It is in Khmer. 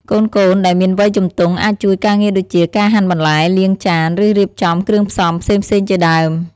កូនៗដែលមានវ័យជំទង់ អាចជួយការងារដូចជា ការហាន់បន្លែ លាងចាន ឬរៀបចំគ្រឿងផ្សំផ្សេងៗជាដើម ។